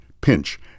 pinch